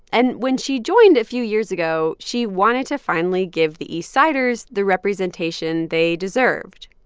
and when she joined a few years ago, she wanted to finally give the east-siders the representation they deserved.